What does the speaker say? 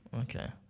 Okay